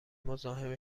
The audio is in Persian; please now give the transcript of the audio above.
مزاحم